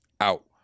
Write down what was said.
Out